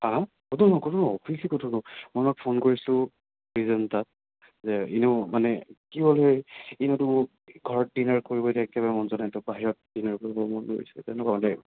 হা হা ক'তো নকৰোঁ ক'তো নকৰোঁ মই তোমাক ফোন কৰিছিলোঁ ৰিজন এটাত যে এনেও মানে কি হ'ল হয় ইহঁতেও ঘৰত ডিনাৰ কৰিব এতিয়া একেবাৰে মন যোৱা নাই তো বাহিৰত ডিনাৰ কৰিব মন গৈছে তেনেকুৱা দেই